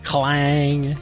Clang